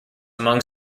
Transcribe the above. among